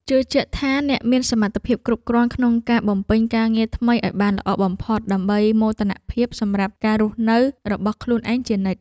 ជឿជាក់ថាអ្នកមានសមត្ថភាពគ្រប់គ្រាន់ក្នុងការបំពេញការងារថ្មីឱ្យបានល្អបំផុតដើម្បីមោទនភាពសម្រាប់ការរស់នៅរបស់ខ្លួនឯងជានិច្ច។